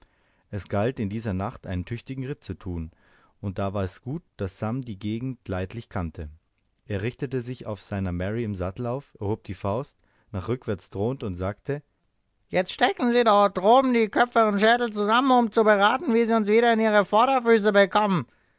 es galt in dieser nacht einen tüchtigen ritt zu tun und da war es gut daß sam die gegend leidlich kannte er richtete sich auf seiner mary im sattel auf erhob die faust nach rückwärts drohend und sagte jetzt stecken sie da droben die köpfe und die schädel zusammen um zu beraten wie sie uns wieder in ihre vorderfüße bekommen